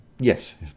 Yes